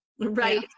right